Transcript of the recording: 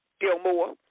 Gilmore